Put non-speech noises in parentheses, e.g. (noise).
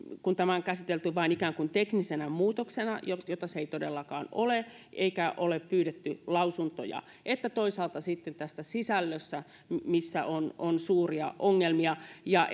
kun tämä on käsitelty vain ikään kuin teknisenä muutoksena jota jota se ei todellakaan ole eikä ole pyydetty lausuntoja kuin toisaalta sitten tässä sisällössä missä on on suuria ongelmia ja (unintelligible)